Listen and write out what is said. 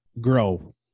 grow